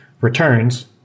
returns